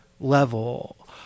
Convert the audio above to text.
level